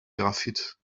graphit